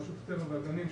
רשות הטבע והגנים,